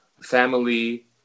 family